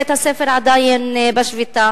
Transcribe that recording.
בית-הספר עדיין בשביתה.